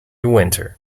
wynter